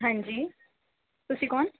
ਹਾਂਜੀ ਤੁਸੀਂ ਕੌਣ